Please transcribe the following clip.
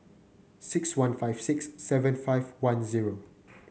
six one five six seven five one zero